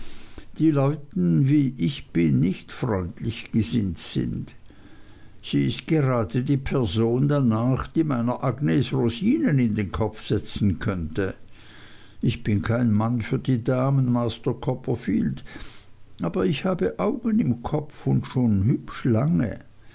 die leuten wie ich bin nicht freundlich gesinnt sind sie ist gerade die person danach die meiner agnes rosinen in den kopf setzen könnte ich bin kein mann für die damen master copperfield aber ich habe augen im kopf und schon hübsch lange